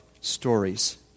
stories